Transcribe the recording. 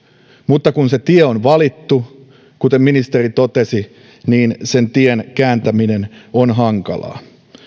mutta kun se tie on valittu kuten ministeri totesi niin sen tien kääntäminen on hankalaa